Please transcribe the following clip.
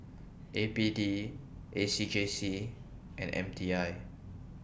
A P D A C J C and M T I